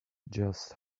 just